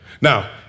Now